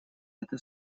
это